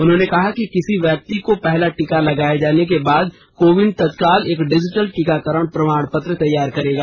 उन्होंने कहा कि किसी व्यक्ति को पहला टीका लगाए जाने के बाद को विन तत्काल एक डिजिटल टीकाकरण प्रमाणपत्र तैयार करेगा